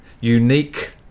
unique